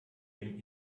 dem